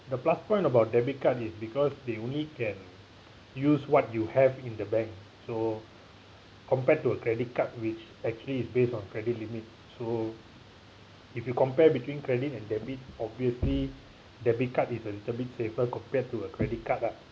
the plus point about debit card is because they only can use what you have in the bank so compared to a credit card which actually is based on credit limit so if you compare between credit and debit obviously debit card is a little bit safer compared to a credit card ah